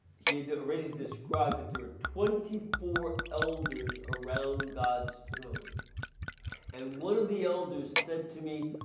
he had already described that there were twenty four elders around god's throne and one of the elders said to me,